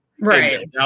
Right